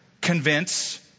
convince